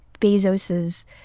bezos's